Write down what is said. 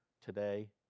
today